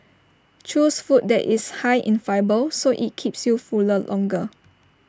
choose food that is high in fibre so IT keeps you fuller longer